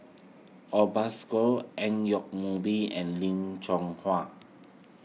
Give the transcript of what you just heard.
Obascore Ang Yoke Mooi and Lim Chong